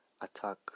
attack